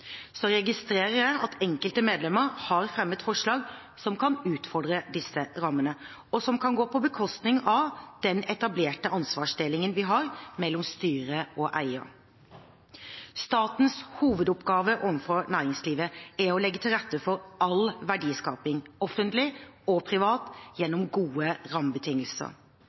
Så registrerer jeg at enkelte medlemmer har fremmet forslag som kan utfordre disse rammene, og som kan gå på bekostning av den etablerte ansvarsdelingen vi har, mellom styre og eier. Statens hovedoppgave overfor næringslivet er å legge til rette for all verdiskaping, offentlig og privat, gjennom gode rammebetingelser.